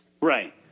Right